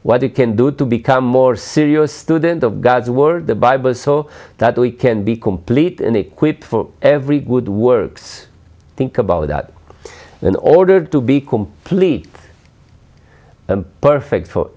what it can do to become more serious student of god's word the bible so that we can be complete and equipped for every good works think about that in order to be complete and perfect for